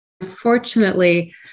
Unfortunately